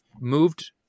moved